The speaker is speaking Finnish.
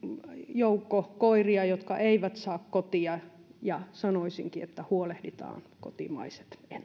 joukko koiria jotka eivät saa kotia ja sanoisinkin että huolehditaan kotimaiset